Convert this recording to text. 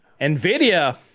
NVIDIA